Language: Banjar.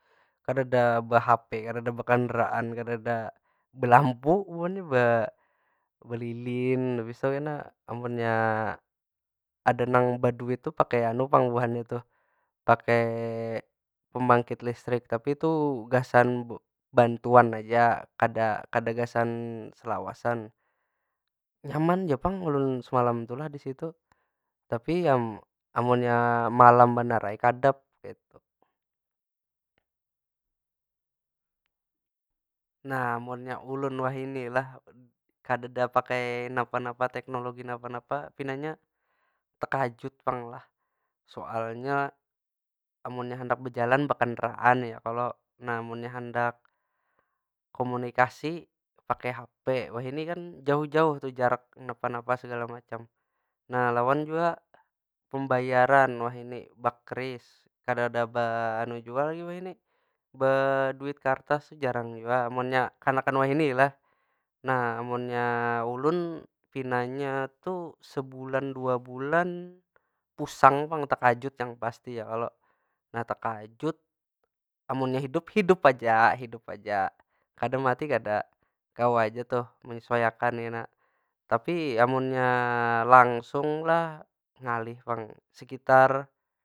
Kadeda behape, kadeda bekendaraan, kadeda belampu bubuhannya, be- belilin. Habis tu kena amunnya ada nang beduit tu pakai anu pang buhannya tuh, pakai pembangkit listrik. Tapi tu gasan bantuan aja, kada gasan selawasan. Nyaman ja pang lah ulun semalam tu di situ. Tapi ya, amunnya malam banar ai kadapm kaytu. Nah munnya ulun wahini lah, kadeda pakai napa- napa teknologi napa- napa pinanya takjut pang lah. Soalnya amunnya handak bejalan, bekandaraan ya kalo? Munnya handak komunikasi, pakai hape. Wahini kan jauh- jauh tuh jarak napa- napa segala macam. Nah lawan jua, pembayaran wahini ba qris, kadeda ba anu jua lo wahini, baduit kartas jarang jua. Amunnya kanakan wahini lah. Nah, munnya ulun pinanya tu sebulan dua bulan pusang pang. Tekajut yang pasti ya kalo? Nah takajut, amunnya hidup- hidup aja, hidup aja. Kada mati kada, kawa aja tuh menyesuaiakan kena. tapi amunnya langsung lah ngalih pang. Sekitar.